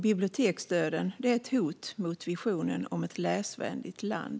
Biblioteksdöden är ett hot mot visionen om ett läsvänligt land.